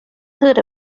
heard